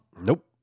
Nope